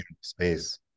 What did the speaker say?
space